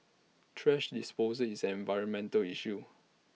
thrash disposal is an environmental issue